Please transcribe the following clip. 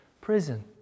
prison